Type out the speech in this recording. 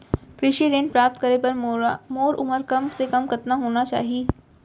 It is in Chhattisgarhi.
कृषि ऋण प्राप्त करे बर मोर उमर कम से कम कतका होना चाहि?